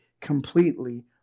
completely